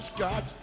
God